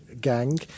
gang